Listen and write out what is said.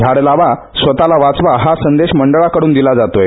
झाडे लावा स्वतःला वाचवा हा संदेश मंडळाकडून दिला जातोय